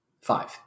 five